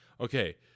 okay